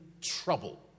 trouble